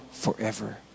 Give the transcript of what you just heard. forever